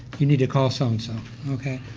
you need to call so-and-so, okay.